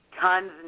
tons